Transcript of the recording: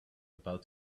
about